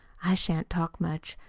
i shan't talk much.